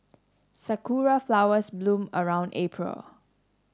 sakura flowers bloom around April